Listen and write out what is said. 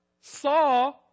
saw